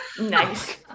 Nice